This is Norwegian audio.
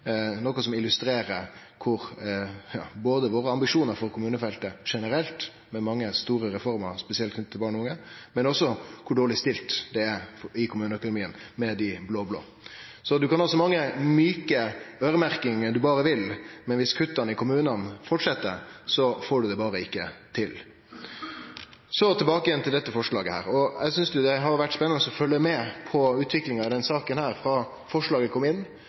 noko som illustrerer ambisjonane våre for kommunefeltet generelt, med mange store reformer, spesielt knytte til barn og unge, og også kor dårleg stilt det er i kommuneøkonomien med dei blå-blå. Ein kan ha så mange mjuke øyremerkingar ein berre vil, men dersom kutta i kommunane held fram, får ein det berre ikkje til. Så tilbake til dette forslaget. Eg synest det har vore spennande å følgje med på utviklinga i denne saka, frå forslaget kom inn.